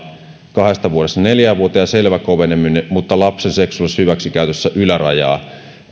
kahdesta vuodesta neljään vuoteen selvä koveneminen mutta lapsen seksuaalisessa hyväksikäytössä ylärajaa